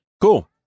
Cool